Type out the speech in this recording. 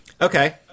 okay